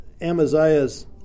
Amaziah's